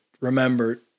remember